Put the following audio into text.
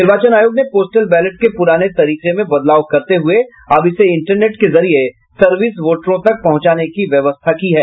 निर्वाचन आयोग ने पोस्टल बैलेट के पुराने तरीके में बदलाव करते हुये अब इसे इंटरनेट के जरिये सर्विस वोटरों तक पहुंचाने की व्यवस्था की है